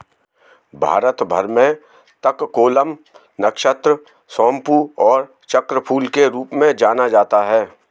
भारत भर में तककोलम, नक्षत्र सोमपू और चक्रफूल के रूप में जाना जाता है